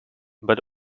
but